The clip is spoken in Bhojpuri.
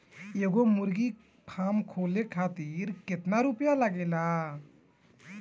एगो मुर्गी फाम खोले खातिर केतना रुपया लागेला?